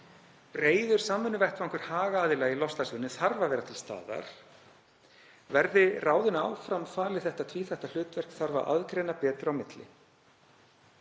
Breiður samvinnuvettvangur hagaðila í loftslagsvinnu þarf að vera til staðar. Verði ráðinu áfram falið þetta tvíþætta hlutverk þarf að aðgreina betur á milli.